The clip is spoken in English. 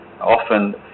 often